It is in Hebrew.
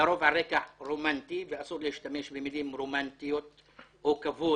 - לרוב על רקע רומנטי ואסור להשתמש במילים רומנטיות או כבוד